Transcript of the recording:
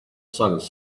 silence